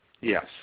Yes